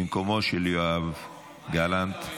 במקומו של יואב גלנט.